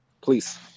Please